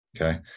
Okay